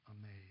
amazed